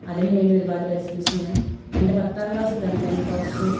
അതിന് വേണ്ടി ഒരുപാട് പരിശ്രമിച്ചു ഞാൻ എൻ്റെ പത്താം ക്ലാസ്സിൽ തന്നെ ഞാൻ കുറച്ച്